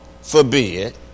forbid